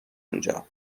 اونجا